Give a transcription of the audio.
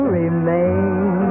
remain